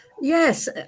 Yes